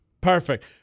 Perfect